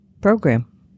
program